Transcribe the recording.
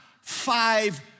five